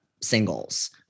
singles